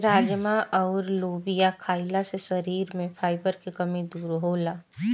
राजमा अउर लोबिया खईला से शरीर में फाइबर के कमी दूर होला